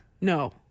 No